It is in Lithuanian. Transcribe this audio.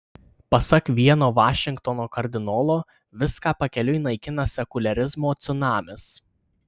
pasak vieno vašingtono kardinolo viską pakeliui naikina sekuliarizmo cunamis